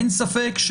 אין ספק,